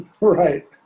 Right